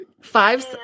Five